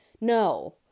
no